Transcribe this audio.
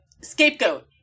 scapegoat